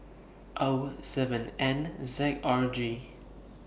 O seven N Z R G